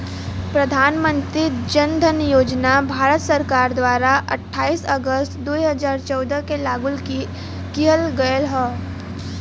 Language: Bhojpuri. प्रधान मंत्री जन धन योजना भारत सरकार द्वारा अठाईस अगस्त दुई हजार चौदह के लागू किहल गयल हौ